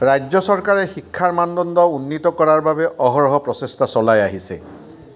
ৰাজ্য চৰকাৰে শিক্ষাৰ মানদণ্ড উন্নীত কৰাৰ বাবে অহৰহ প্ৰচেষ্টা চলাই আহিছে